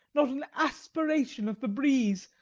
not an aspiration of the breeze,